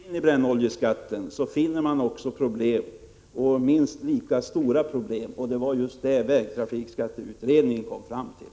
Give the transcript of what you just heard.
Fru talman! Sätter man sig in i brännoljeskatten, finner man också problem, och minst lika stora problem. Det var just detta vägtrafikskatteutredningen kom fram till.